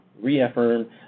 reaffirm